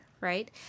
right